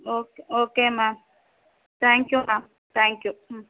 okay okay ma'am thank you ma'am thank you ம்